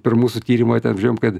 per mūsų tyrimą ten žiom kad